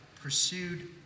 pursued